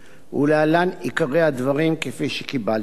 ולהלן עיקרי הדברים כפי שקיבלתי אותם.